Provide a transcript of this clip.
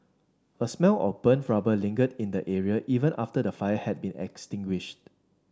a smell of burnt rubber lingered in the area even after the fire had been extinguished